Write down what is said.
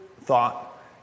thought